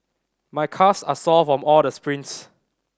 my calves are sore from all the sprints